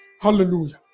Hallelujah